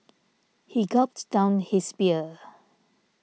he gulped down his beer